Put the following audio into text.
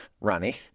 ronnie